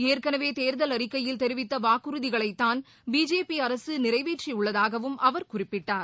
ஏற்கனவேதேர்தல் அறிக்கையில் தெரிவித்தவாக்குறுதிகளைத்தான் பிஜேபிஅரசுநிறைவேற்றியுள்ளதாகவும் அவர் குறிப்பிட்டார்